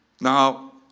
now